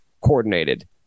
coordinated